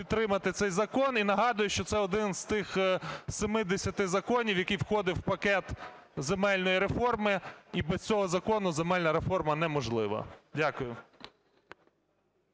підтримати цей закон і нагадую, що один з тих 70 законів, який входив у пакет земельної реформи, і без цього закону земельна реформа неможлива. Дякую.